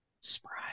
Sprite